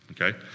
okay